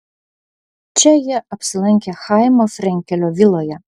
čia jie apsilankė chaimo frenkelio viloje